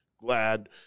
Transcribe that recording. glad